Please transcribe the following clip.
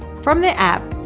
from the app,